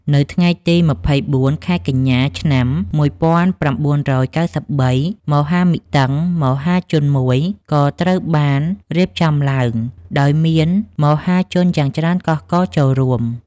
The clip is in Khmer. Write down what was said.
នៅថ្ងៃទី២៤ ខែកញ្ញា ឆ្នាំ១៩៩៣ មហាមិទិ្ទងមហាជនមួយ ក៏ត្រូវបានរៀបចំឡើងដោយ មានមហាជនយ៉ាងច្រើនកុះករចូលរួម។